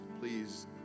Please